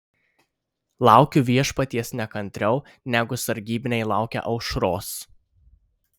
laukiu viešpaties nekantriau negu sargybiniai laukia aušros